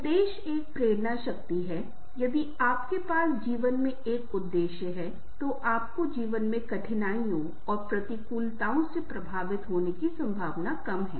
उद्देश्य एक प्रेरणा शक्ति है यदि आपके पास जीवन में एक उद्देश्य है तो आपको जीवन में कठिनाइयों और प्रतिकूलताओं से प्रभावित होने की संभावना कम है